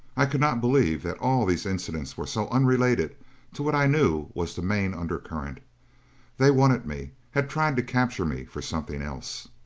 i could not believe that all these incidents were so unrelated to what i knew was the main undercurrent they wanted me, had tried to capture me for something else.